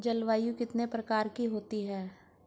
जलवायु कितने प्रकार की होती हैं?